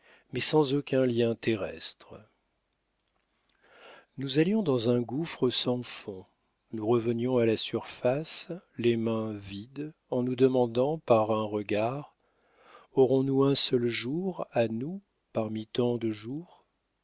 mais sans aucun lien terrestre nous allions dans un gouffre sans fond nous revenions à la surface les mains vides en nous demandant par un regard aurons-nous un seul jour à nous parmi tant de jours